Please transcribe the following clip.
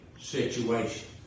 situation